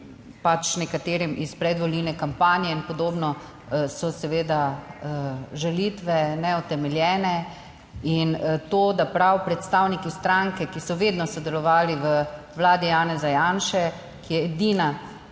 nekaterim iz predvolilne kampanje in podobno, so seveda žalitve, neutemeljene. In to, da prav predstavniki stranke, ki so vedno sodelovali v Vladi Janeza Janše, ki je edina kriva